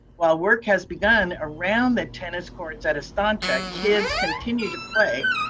while work has begun around the tennis courts at estancia, kids continue to play,